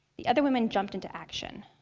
the other women jumped into action.